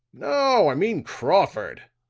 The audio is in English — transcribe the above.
no i mean crawford.